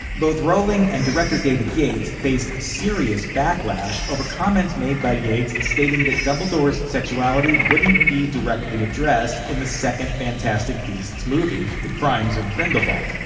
both rowling and director david yates faced serious backlash over comments made by yates stating that dumbledore's sexuality wouldn't be directly addressed in the second fantastic beasts movie, the crimes of grindelwald,